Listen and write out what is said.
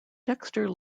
dexter